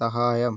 സഹായം